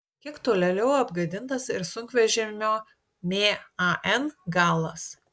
kiek tolėliau apgadintas ir sunkvežimio man galas